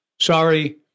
sorry